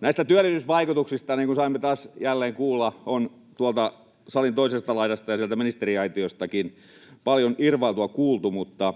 Näistä työllisyysvaikutuksista, niin kuin saimme taas jälleen kuulla, on tuolta salin toisesta laidasta ja sieltä ministeriaitiostakin paljon irvailua kuultu, mutta